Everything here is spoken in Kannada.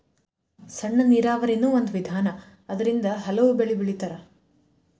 ಸಣ್ಣ ನೇರಾವರಿನು ಒಂದ ವಿಧಾನಾ ಅದರಿಂದ ಹಲವು ಬೆಳಿ ಬೆಳಿತಾರ